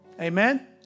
Amen